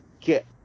get